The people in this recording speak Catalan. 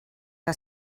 que